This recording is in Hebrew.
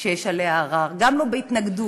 שיש עליה ערר, גם לא בהתנגדות,